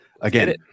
Again